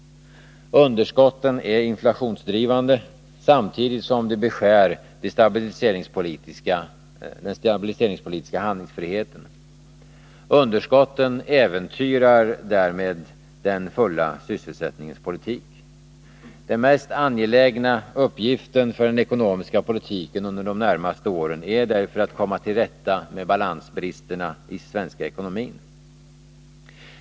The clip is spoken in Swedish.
Underskotten är inflationsdrivande, samtidigt som de beskär den stabiliseringspolitiska handlingsfriheten. Underskotten äventyrar den fulla sysselsättningens politik. Den mest angelägna uppgiften för den ekonomiska politiken under de närmaste åren är därför att komma till rätta med balansbristerna i den svenska ekonomin.